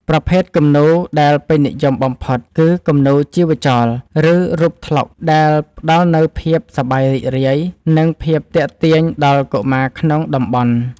ប្រភេទគំនូរដែលពេញនិយមបំផុតគឺ គំនូរជីវចល ឬរូបត្លុក ដែលផ្ដល់នូវភាពសប្បាយរីករាយ និងភាពទាក់ទាញដល់កុមារក្នុងតំបន់។